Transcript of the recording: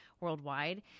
worldwide